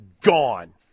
Gone